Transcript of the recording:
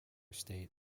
state